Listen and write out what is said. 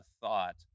thought